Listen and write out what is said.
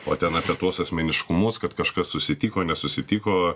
o ten apie tuos asmeniškumus kad kažkas susitiko nesusitiko